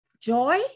joy